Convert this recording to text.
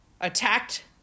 attacked